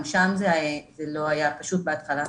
גם שם זה לא היה פשוט בהתחלה.